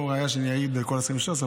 לא שאני אעיד על השרים של ש"ס,